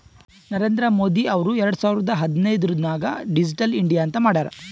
ನರೇಂದ್ರ ಮೋದಿ ಅವ್ರು ಎರಡು ಸಾವಿರದ ಹದಿನೈದುರ್ನಾಗ್ ಡಿಜಿಟಲ್ ಇಂಡಿಯಾ ಅಂತ್ ಮಾಡ್ಯಾರ್